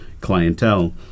clientele